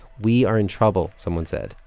we are in trouble, someone said.